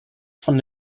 von